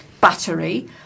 battery